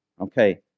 Okay